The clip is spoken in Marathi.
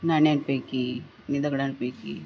नाण्यांपैकी नि दगडांपैकी